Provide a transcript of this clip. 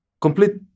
complete